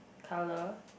colour